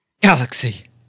galaxy